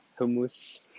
hummus